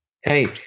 hey